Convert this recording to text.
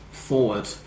forward